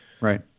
right